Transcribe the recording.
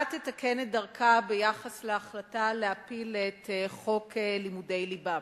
תתקן את דרכה ביחס להחלטה להפיל את חוק לימודי ליבה.